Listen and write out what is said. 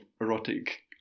erotic